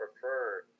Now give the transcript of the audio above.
prefer